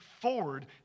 forward